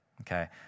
okay